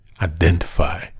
identify